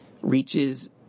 reaches